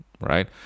Right